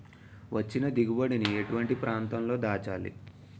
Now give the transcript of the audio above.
వచ్చిన దిగుబడి ని ఎటువంటి ప్రాంతం లో దాచాలి?